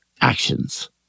actions